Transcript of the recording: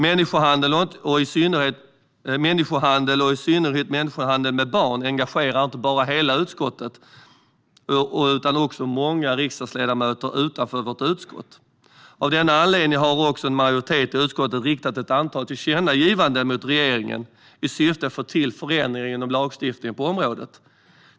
Människohandel och i synnerhet människohandel med barn engagerar inte bara hela utskottet utan också många riksdagsledamöter utanför vårt utskott. Av denna anledning har också en majoritet i utskottet riktat ett antal tillkännagivanden till regeringen i syfte att få till stånd förändringar inom lagstiftningen på området.